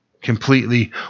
completely